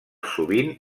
sovint